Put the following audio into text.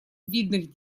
видных